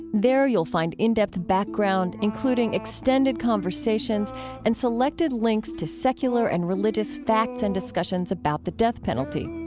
there you'll find in-depth background, including extended conversations and selected links to secular and religious facts and discussions about the death penalty.